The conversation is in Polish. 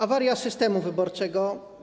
Awaria systemu wyborczego.